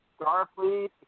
Starfleet